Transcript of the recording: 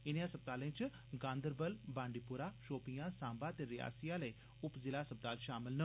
इनें अस्पतालें च गांदरबल बांडीपोरा शोपियां साम्बा ते रियासी आले उप जिला अस्पताल शामल न